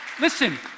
Listen